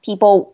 People